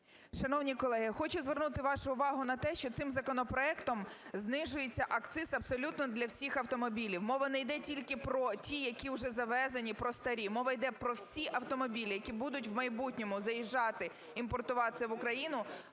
Шановні колеги, хочу звернути вашу увагу на те, що цим законопроектом знижується акциз абсолютно для всіх автомобілів. Мова не йде тільки про ті, які уже завезені, про старі, мова йде про всі автомобілі, які будуть у майбутньому заїжджати, імпортуватися в Україну,